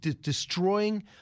destroying